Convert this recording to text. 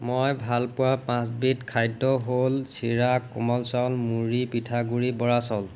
মই ভাল পোৱা পাঁচবিধ খাদ্য হ'ল চিৰা কোমল চাউল মুৰি পিঠাগুৰি বৰাচাউল